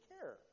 care